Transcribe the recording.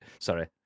Sorry